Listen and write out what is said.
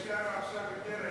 יש גם עכשיו יותר,